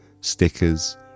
stickers